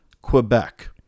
Quebec